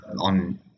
on